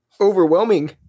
overwhelming